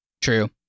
True